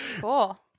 Cool